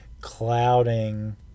clouding